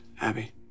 Abby